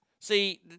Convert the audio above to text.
See